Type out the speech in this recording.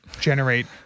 generate